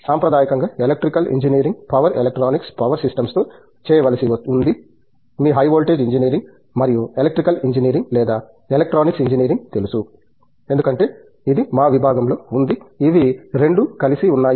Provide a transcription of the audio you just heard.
సాంప్రదాయకంగా electrical engineering power electronics power systems తో చేయవలసి ఉంది మీకు హై వోల్టేజ్ ఇంజనీరింగ్ మరియు ఎలక్ట్రికల్ ఇంజనీరింగ్ లేదా ఎలక్ట్రానిక్స్ ఇంజనీరింగ్ తెలుసు ఎందుకంటే ఇది మా విభాగంలో ఉంది ఇవి రెండూ కలిసి ఉన్నాయి